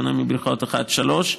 בשונה מבריכות 1 עד 3,